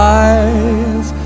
eyes